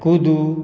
कूदू